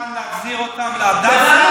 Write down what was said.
אני מוכן להחזיר אותם להדסה,